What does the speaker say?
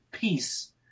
peace